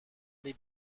des